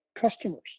customers